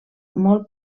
molt